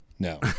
No